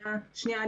שנייה,